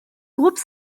groupe